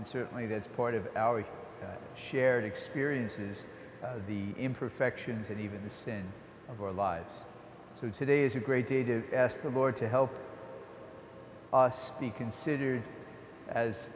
and certainly that's part of our shared experiences the imperfections and even the sins of our lives so today is a great day to ask the lord to help us be considered as